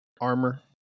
armor